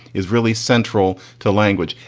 is really central to language,